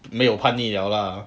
没有叛逆了啦